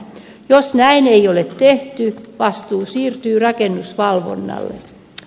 jos näin ei ole tehty vastuu siirtyy rakennusvalvonnalle